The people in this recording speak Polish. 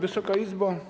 Wysoka Izbo!